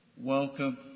welcome